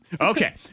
Okay